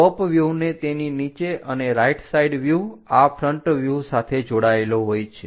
ટોપ વ્યુહને તેની નીચે અને રાઇટ સાઈડ વ્યુહ આ ફ્રન્ટ વ્યુહ સાથે જોડાયેલો હોય છે